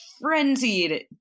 frenzied